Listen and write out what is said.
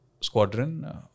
squadron